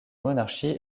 monarchie